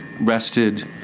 rested